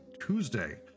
Tuesday